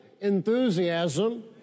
Enthusiasm